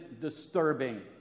disturbing